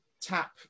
tap